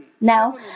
Now